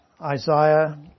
Isaiah